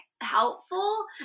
helpful